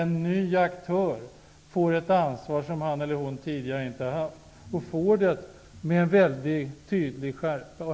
En ny aktör får ett ansvar som han inte tidigare har haft och får det med en mycket tydlig skärpa.